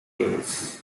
days